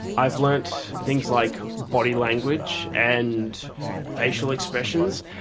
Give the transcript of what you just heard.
i've learned things like body language and facial expressions.